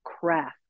craft